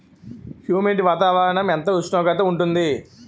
Humid వాతావరణం ఎంత ఉష్ణోగ్రత ఉంటుంది?